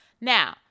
now